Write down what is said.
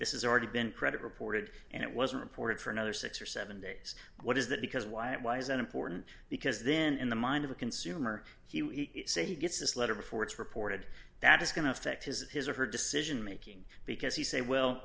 this is already been credit reported and it was a report for another six or seven days what is that because why it why is that important because then in the mind of a consumer he say he gets this letter before it's reported that is going to affect his his or her decision making because he say well